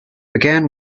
began